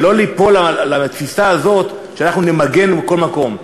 ולא ליפול לתפיסה הזאת שאנחנו נמגן בכל מקום.